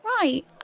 right